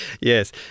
Yes